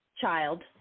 child